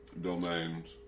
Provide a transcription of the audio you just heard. domains